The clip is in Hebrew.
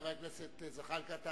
חבר הכנסת זחאלקה,